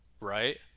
right